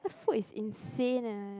food is insane eh